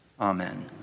amen